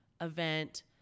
event